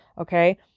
Okay